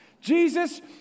Jesus